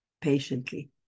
patiently